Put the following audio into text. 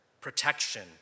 protection